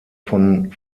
von